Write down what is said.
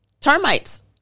termites